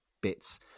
bits